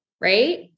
right